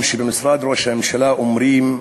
שבמשרד ראש הממשלה אומרים: